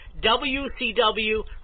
WCW